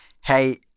Hey